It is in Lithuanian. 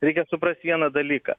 reikia suprast vieną dalyką